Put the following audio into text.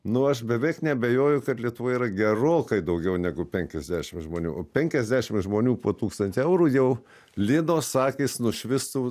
nu aš beveik neabejoju kad lietuvoje yra gerokai daugiau negu penkiasdešim žmonių penkiasdešim žmonių po tūkstantį eurų jau linos akys nušvistų